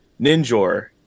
Ninjor